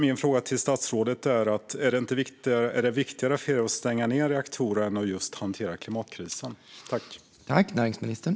Min fråga till statsrådet är: Är det viktigare för er att stänga reaktorer än att hantera klimatkrisen?